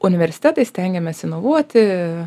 universitetais stengėmės inovuoti